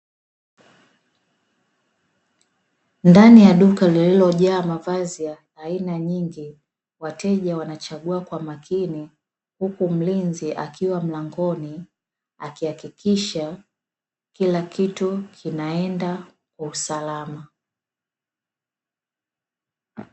Ndani ya duka lililojaa mavazi ya aina nyingi, wateja wanachagua kwa makini huku mlinzi akiwa mlangoni akihakikisha kila kitu kinaenda kwa usalama.